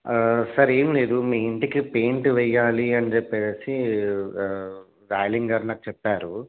sir ఏం లేదు మీ ఇంటికి పెయింట్ వెయ్యాలి అని చెప్పేసి రాయలింగ్ గారు నాకు చెప్పారు